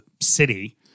city